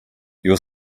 your